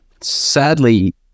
Sadly